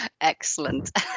Excellent